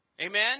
Amen